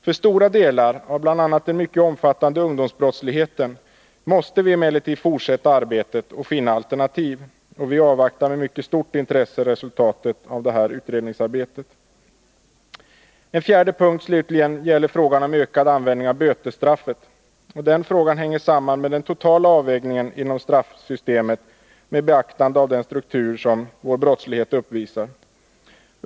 För stora delar av bl.a. den mycket omfattande ungdomsbrottsligheten måste vi emellertid fortsätta arbetet på att finna alternativ. Vi avvaktar med mycket stort intresse resultatet av det pågående utredningsarbetet. Den fjärde frågan gäller ökad användning av bötesstraffet. Denna fråga hänger samman med den totala avvägningen inom straffsystemet med beaktande av den struktur som brottsligheten uppvisar.